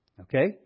Okay